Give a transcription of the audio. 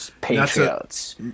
Patriots